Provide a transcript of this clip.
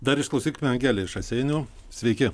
dar išklausykime angelė iš raseinių sveiki